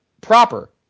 proper